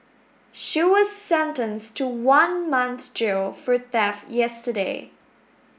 she was sentenced to one month's jail for theft yesterday